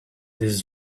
this